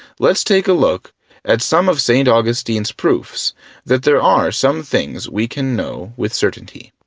let's take a look at some of st. augustine's proofs that there are some things we can know with certainty.